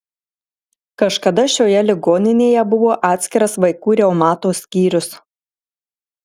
kažkada šioje ligoninėje buvo atskiras vaikų reumato skyrius